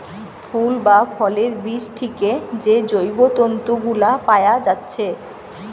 ফুল বা ফলের বীজ থিকে যে জৈব তন্তু গুলা পায়া যাচ্ছে